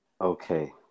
Okay